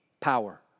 Power